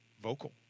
vocal